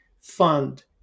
fund